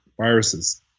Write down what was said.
viruses